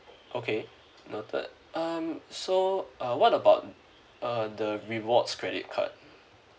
okay noted um so uh what about uh the rewards credit card